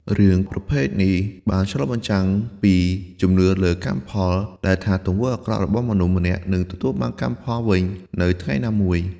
រឿងប្រភេទនេះបានឆ្លុះបញ្ចាំងពីជំនឿលើ កម្មផល ដែលថាទង្វើអាក្រក់របស់មនុស្សម្នាក់នឹងទទួលបានផលកម្មវិញនៅថ្ងៃណាមួយ។